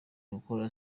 gukora